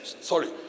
Sorry